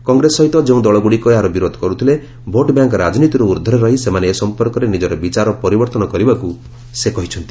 କଂଗ୍ରେସ ସହିତ ଯେଉଁ ଦଳଗୁଡ଼ିକ ଏହାର ବିରୋଧ କରୁଥିଲେ ଭୋଟ୍ବ୍ୟାଙ୍କ ରାଜନୀତିରୁ ଊର୍ଦ୍ଧ୍ୱରେ ରହି ସେମାନେ ଏ ସଫପର୍କରେ ନିକର ବିଚାର ପରିବର୍ତ୍ତନ କରିବାକୁ ସେ କହିଛନ୍ତି